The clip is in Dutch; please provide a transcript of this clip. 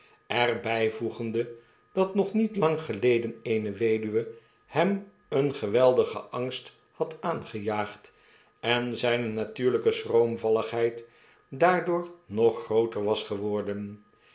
vraag erbijvoegende dat nog niet lang geleden eene weduwe hem een geweldigen angst had aangejaagd en zgne natuurljjke schroomvalligheid daardoor nog grooter was geworden